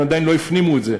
הם עדיין לא הפנימו את זה.